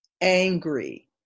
angry